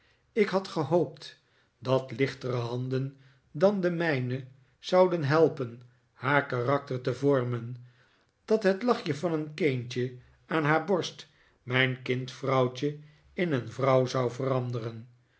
ik had gehoopt dat lichtere handen dan de mijne zouden helpen haar karakter te vormen dat het lachje van een kindje aan haar borst mijn kind vrouwtje in een vrouw zou veranderen